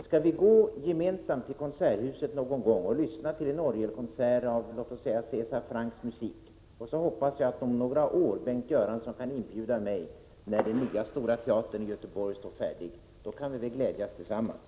Skall vi gå gemensamt till konserthuset någon gång och lyssna till en orgelkonsert med låt oss säga César Francks musik? Jag hoppas att Bengt Göransson om några år kan bjuda mig när Stora teatern i Göteborg står färdig. Då kan vi väl glädjas tillsammans.